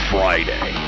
Friday